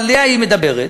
עליה היא מדברת,